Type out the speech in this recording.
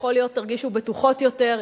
כשיכול להיות שתרגישו בטוחות יותר,